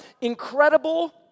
incredible